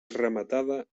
rematada